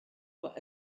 were